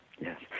yes